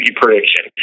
prediction